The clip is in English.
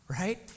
right